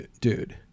dude